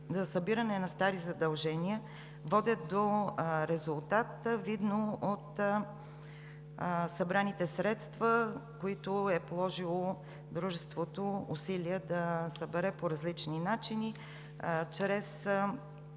за събиране на стари задължения водят до резултат, видно от събраните средства, за които дружеството е положило усилия да събере по различни начини: чрез